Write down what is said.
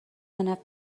enough